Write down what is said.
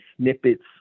snippets